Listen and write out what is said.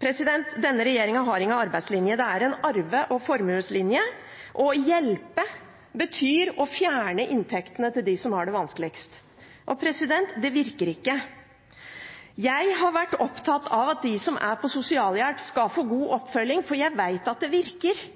Denne regjeringen har ingen arbeidslinje, det er en arve- og formuelinje. «Å hjelpe» betyr å fjerne inntektene til dem som har det vanskeligst. Det virker ikke. Jeg har vært opptatt av at de som er på sosialhjelp, skal få god oppfølging, for jeg vet at det virker.